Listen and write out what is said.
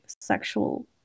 sexual